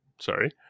Sorry